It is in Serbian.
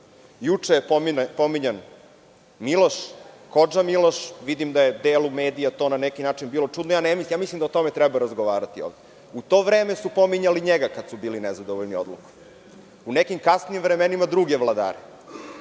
Juče je pominjan Miloš, kodža Miloš, vidim da je delu medija to na neki način bilo čudno. Ja ne mislim. Mislim da o tome trebamo razgovarati. U to vreme su pominjali njega, kada su bili nezadovoljni odlukom. U nekim kasnijim vremenima, druge vladare.